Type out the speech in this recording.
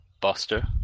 Buster